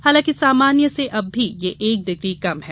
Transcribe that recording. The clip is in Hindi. हालांकि सामान्य से अब भी यह एक डिग्री कम है